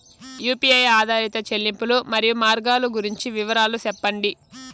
UPI ఆధారిత చెల్లింపులు, మరియు మార్గాలు గురించి వివరాలు సెప్పండి?